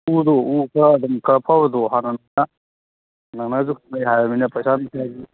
ꯎꯗꯣ ꯎ ꯈꯔ ꯑꯗꯨꯝ ꯈꯔ ꯐꯕꯗꯣ ꯍꯥꯟꯅ ꯅꯪꯅ ꯅꯪꯅ ꯑꯗꯨ ꯈꯪꯅꯩ ꯍꯥꯏꯔꯕꯅꯤꯅ ꯄꯩꯁꯥꯗꯣ